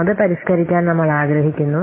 അത് പരിഷ്കരിക്കാൻ നമ്മൾ ആഗ്രഹിക്കുന്നു